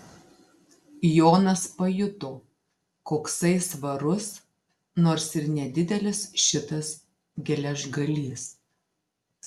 jonas pajuto koksai svarus nors ir nedidelis šitas geležgalys